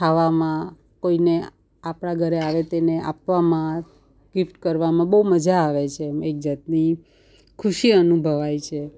ખાવામાં કોઈને આપણાં ઘરે આવે તેને આપવામાં ગિફ્ટ કરવામાં બહુ મજા આવે છે એમ એક જાતની ખુશી અનુભવાય છે